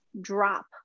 drop